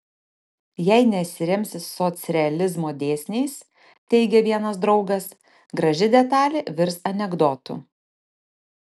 jei nesiremsi socrealizmo dėsniais teigė vienas draugas graži detalė virs anekdotu